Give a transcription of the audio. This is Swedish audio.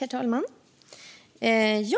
Herr talman! Det